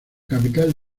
capital